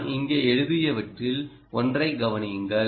நான் இங்கே எழுதியவற்றில் ஒன்றை கவனியுங்கள்